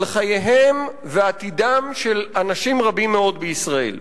על חייהם ועתידם של אנשים רבים מאוד בישראל.